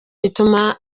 bituma